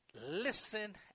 listen